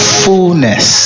fullness